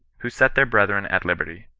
who set their brethren at liberty.